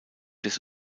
des